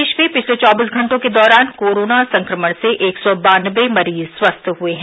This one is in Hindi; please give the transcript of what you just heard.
प्रदेश में पिछले चौबीस घटों के दौरान कोरोना संक्रमण से एक सौ बानबे मरीज स्वस्थ हुए हैं